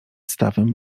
stawem